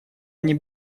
они